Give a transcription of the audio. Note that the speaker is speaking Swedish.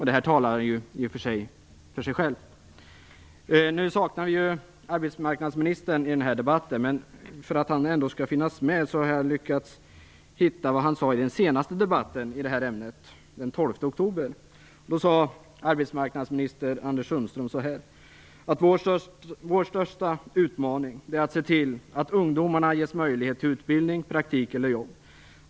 Det talar för sig självt. Vi saknar arbetsmarknadsminister Anders Sundström i den här debatten. Men för att han ändå skall få vara med vill jag läsa upp vad han sade i den senaste debatten i det här ämnet den 12 oktober: "Vår största utmaning är att se till att ungdomarna ges möjlighet till utbildning, praktik eller jobb.